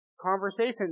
conversation